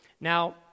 Now